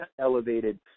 elevated